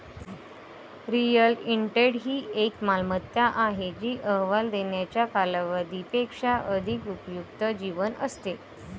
real estate ही एक मालमत्ता आहे जी अहवाल देण्याच्या कालावधी पेक्षा अधिक उपयुक्त जीवन असते